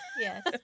Yes